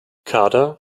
kader